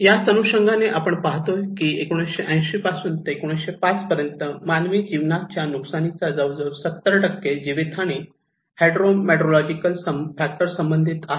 याच अनुषंगाने आपण पाहतोय की 1980 पासून ते 2005 पर्यंत मानवी जीवनाच्या नुकसानीचा जवळजवळ 70 जीवितहानी हायड्रो मेट्रोलॉजिकल फॅक्टर संबंधित आहे